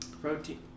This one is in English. Protein